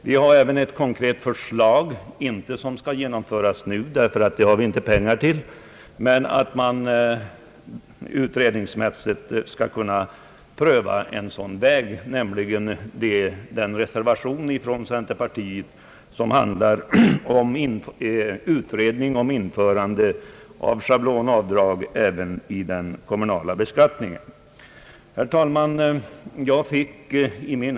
Vi har även ett konkret förslag som dock inte är avsett att genomföras nu eftersom medel därtill saknas. Men man kan pröva frågan genom en utredning om införande av schablonavdrag även i den kommunala beskattningen, vilket en reservation från centerpartiet handlar om. Herr talman!